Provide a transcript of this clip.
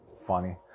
funny